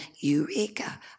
Eureka